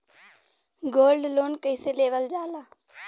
Gold loan कईसे लेवल जा ला?